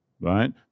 right